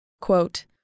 Quote